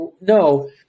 No